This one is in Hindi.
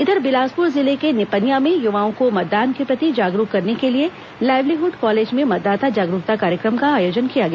इधर बिलासपुर जिले के निपनिया में युवाओं को मतदान के प्रति जागरूक करने के लिए लाइवलीहुड कॉलेज में मतदाता जागरूकता कार्यक्रम का आयोजन किया गया